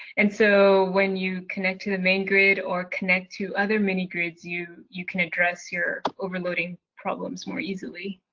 and so when you connect to the main grid or connect to other mini-grids, you you can address your overloading problems more easily.